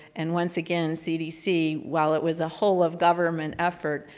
and once again cdc, while it was a whole of government effort,